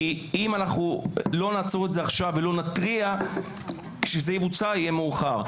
אם אנחנו לא נעצור את זה עכשיו ולא נתריע כשזה יבוצע זה יהיה מאוחר.